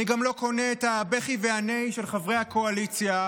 אני גם לא קונה את הבכי והנהי של חברי הקואליציה.